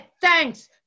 thanks